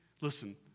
listen